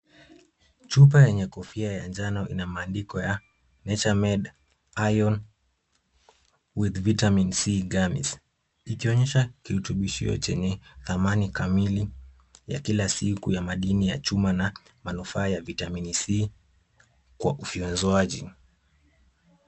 Chupa yenye kofia ya njano ina maandiko ya Nature made iron with vitamin C gamis ,ikionyesha kirutubishio chenye thamani kamili ya kila siku ya madini ya chuma ya manufaa ya vitamin C kwa ufyonzwaji.